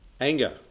Anger